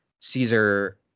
Caesar